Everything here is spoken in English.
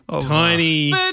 tiny